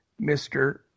Mr